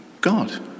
God